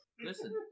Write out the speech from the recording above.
Listen